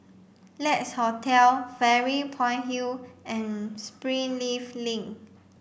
Lex Hotel Fairy Point Hill and Springleaf Link